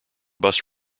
bus